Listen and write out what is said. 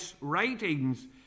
writings